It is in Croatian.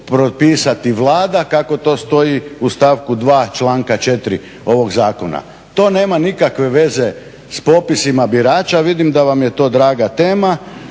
propisati Vlada kako to stoji u stavku 2. članka 4. ovog zakona. To nema nikakve veze sa popisima birača, a vidim da vam je to draga tema.